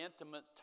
intimate